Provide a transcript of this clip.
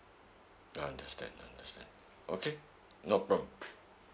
understand understand okay no problem